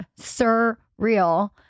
surreal